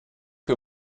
que